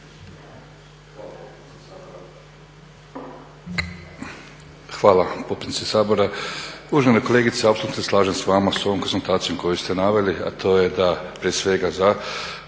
Hvala potpredsjednice Sabora. Uvažena kolegice, apsolutno se slažem s vama s ovom konstatacijom koju ste naveli, a to je da prije svega za